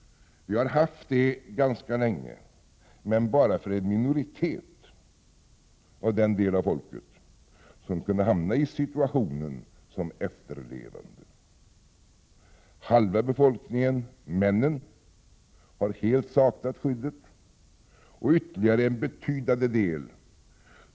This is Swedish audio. Vi har haft det ganska länge, men bara för en minoritet, för den del av befolkningen som kunde hamna i situationen som efterlevande. Halva befolkningen, männen, har helt saknat skyddet. Så har det också varit för ytterligare en betydande del av befolkningen.